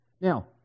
Now